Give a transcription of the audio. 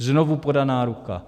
Znovu podaná ruka.